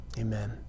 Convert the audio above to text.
amen